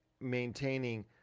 maintaining